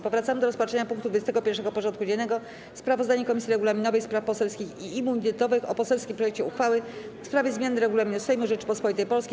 Powracamy do rozpatrzenia punktu 21. porządku dziennego: Sprawozdanie Komisji Regulaminowej, Spraw Poselskich i Immunitetowych o poselskim projekcie uchwały w sprawie zmiany Regulaminu Sejmu Rzeczypospolitej Polskiej.